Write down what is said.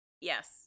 Yes